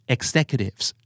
Executives